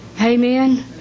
Amen